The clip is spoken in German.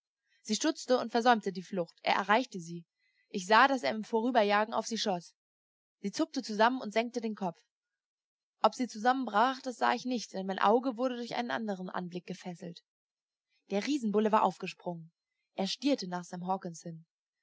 sie stutzte und versäumte die flucht er erreichte sie ich sah daß er im vorüberjagen auf sie schoß sie zuckte zusammen und senkte den kopf ob sie zusammenbrach das sah ich nicht denn mein auge wurde durch einen andern anblick gefesselt der riesenbulle war aufgesprungen er stierte nach sam hawkens hin